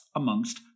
amongst